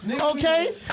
Okay